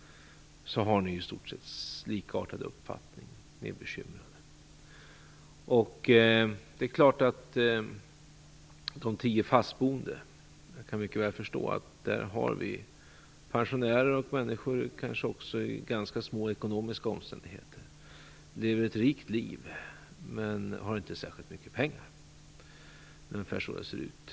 Ni har i stort sett likartad uppfattning. Ni är bekymrade. När det gäller de tio fastboende kan jag mycket väl förstå att vi bland dem har pensionärer och kanske också människor i ganska små ekonomiska omständigheter. De lever ett rikt liv, men har inte särskilt mycket pengar. Det är ungefär så det ser ut.